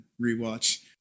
rewatch